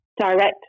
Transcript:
direct